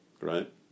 Right